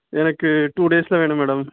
எனக்கு டூ டேஸில் வேணும் மேடம்